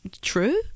true